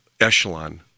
echelon